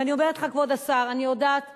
ואני אומרת לך,